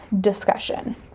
discussion